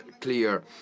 clear